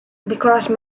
because